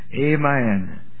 Amen